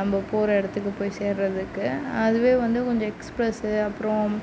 நம்ப போகிற இடத்துக்கு போய் சேருறதுக்கு அதுவே வந்து கொஞ்சம் எக்ஸ்பிரஸ் அப்புறோம்